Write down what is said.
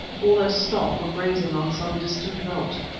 all their stock were grazing on some distant veldt.